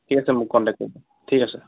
ঠিক আছে মোক কণ্টেক্ট কৰিব ঠিক আছে